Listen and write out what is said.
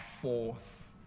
force